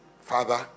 Father